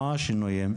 אבל מה השינויים?